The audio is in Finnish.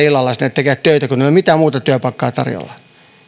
illalla sinne tekemään töitä kun heillä ei ole mitään muuta työpaikkaa tarjolla